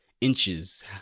inches